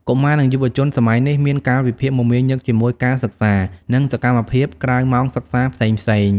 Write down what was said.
កុមារ និងយុវជនសម័យនេះមានកាលវិភាគមមាញឹកជាមួយការសិក្សា និងសកម្មភាពក្រៅម៉ោងសិក្សាផ្សេងៗ។